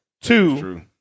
Two